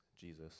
Jesus